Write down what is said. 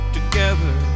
together